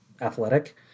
athletic